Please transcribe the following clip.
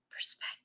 perspective